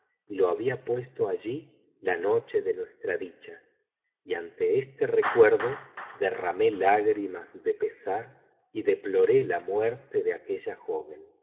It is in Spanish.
y lo había puesto allí la noche de nuestra dicha y ante este recuerdo derramé lágrimas de pesar y deploré la muerte de aquella joven